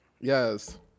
Yes